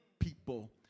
people